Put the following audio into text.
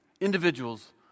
individuals